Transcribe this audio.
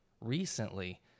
recently